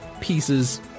pieces